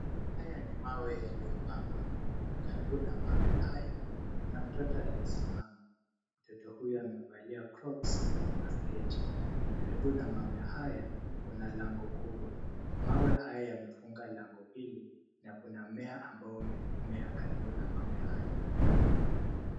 Haya ni mawe yaliyopangwa. Karibu na mawe hayo kuna mtoto aliyesimama. Mtoto huyo amevalia croks na sketi. Karibu na mawe haya kuna lango kubwa. Mawe haya yamefunga lango hili na kuna mmea ambao umemea karibu na mawe haya.